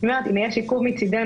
אם יש עיכוב מצדנו,